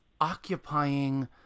occupying